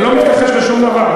אני לא מתכחש לשום דבר.